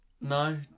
no